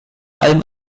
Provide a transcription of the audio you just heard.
allem